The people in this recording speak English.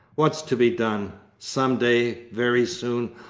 what's to be done. some day, very soon,